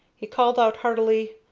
he called out, heartily,